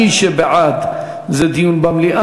מי שבעד זה דיון במליאה,